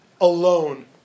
alone